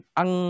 ang